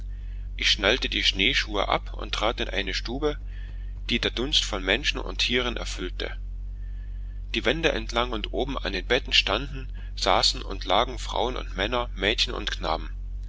ich schnallte die schneeschuhe ab und trat in eine stube die der dunst von menschen und tieren erfüllte die wände entlang und oben in den betten standen saßen und lagen frauen und männer mädchen und knaben